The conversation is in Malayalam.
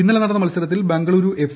ഇന്നലെ നടന്ന മത്സരത്തിൽ ബംഗളുരു എഫ്